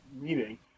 meeting